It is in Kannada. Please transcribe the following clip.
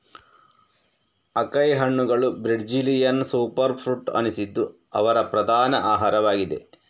ಅಕೈ ಹಣ್ಣುಗಳು ಬ್ರೆಜಿಲಿಯನ್ ಸೂಪರ್ ಫ್ರೂಟ್ ಅನಿಸಿದ್ದು ಅವರ ಪ್ರಧಾನ ಆಹಾರವಾಗಿದೆ